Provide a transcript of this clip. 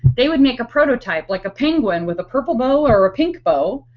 they would make a prototype like a penguin with the purple bow or ah pink bow.